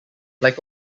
like